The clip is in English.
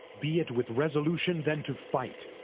be it with resolution then to fight